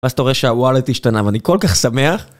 ואז אתה רואה שהוואלט השתנה, ואני כל כך שמח.